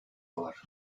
dolar